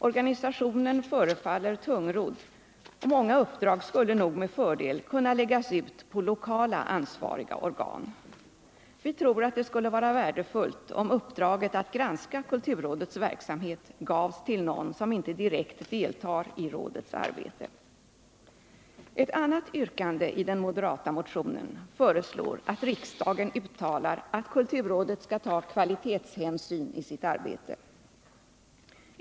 Organisationen förefaller tungrodd, och många uppdrag skulle nog med fördel kunna läggas ut på lokala ansvariga organ. Vi tror att det skulle vara värdefullt, om uppdraget att granska kulturrådets verksamhet gavs till någon som inte direkt deltar i rådets arbete. I ett annat yrkande i den moderata motionen föreslås att riksdagen uttalar att kulturrådet skall ta kvalitetshänsyn i sitt arbete.